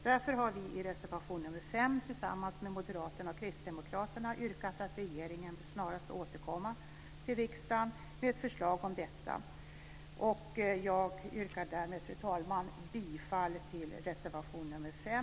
Därför har vi i reservation 5 tillsammans med moderaterna och kristdemokraterna yrkat att regeringen snarast bör återkomma till riksdagen med ett förslag om detta. Fru talman! Jag yrkar bifall till reservation nr 5